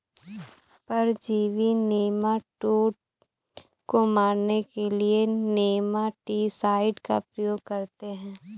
परजीवी नेमाटोड को मारने के लिए नेमाटीसाइड का प्रयोग करते हैं